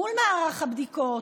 מול מערך הבדיקות,